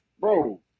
Bro